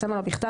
בסמל או בכתב,